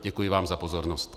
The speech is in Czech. Děkuji vám za pozornost.